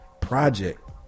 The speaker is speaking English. project